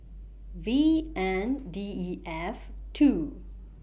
V N D E F two